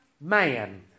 man